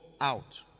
out